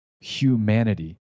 humanity